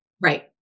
Right